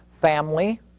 family